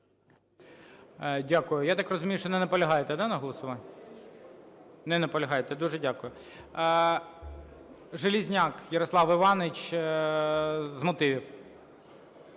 Дякую. Я так розумію, що не наполягаєте на голосуванні? Не наполягаєте. Дуже дякую. Железняк Ярослав Іванович з мотивів.